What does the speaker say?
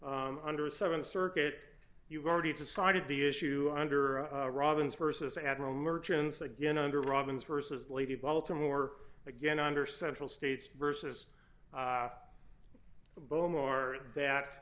w under seven circuit you've already decided the issue under robbins versus admiral merchants again under robbins versus lady baltimore again under central states versus bonior that